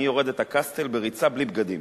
אני יורד את הקסטל בריצה בלי בגדים.